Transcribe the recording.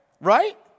Right